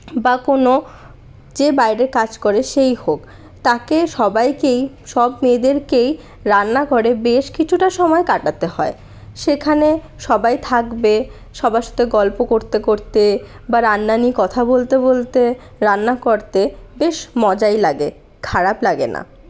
বা কোনো যে বাইরে কাজ করে সেই হোক তাকে সবাইকেই সব মেয়েদেরকেই রান্নাঘরে বেশ কিছুটা সময় কাটাতে হয় সেখানে সবাই থাকবে সবার সাথে গল্প করতে করতে বা রান্না নিয়ে কথা বলতে বলতে রান্না করতে বেশ মজাই লাগে খারাপ লাগে না